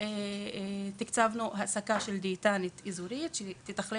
ולכל אזור הצבנו דיאטנית אזורית שתתכלל